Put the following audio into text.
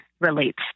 relates